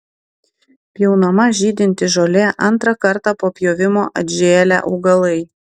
pjaunama žydinti žolė antrą kartą po pjovimo atžėlę augalai